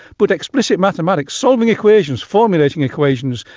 but explicit mathematics, solving equations, formulating equations,